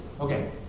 Okay